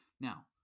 Now